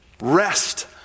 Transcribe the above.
Rest